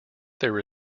there